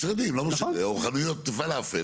משרדים לא משנה, או חנויות פלאפל.